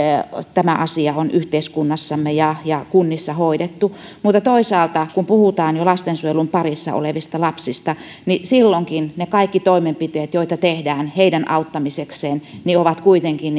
tämä asia on yhteiskunnassamme ja ja kunnissa hoidettu mutta toisaalta kun puhutaan jo lastensuojelun parissa olevista lapsista niin silloinkin ne kaikki toimenpiteet joita tehdään heidän auttamisekseen ovat kuitenkin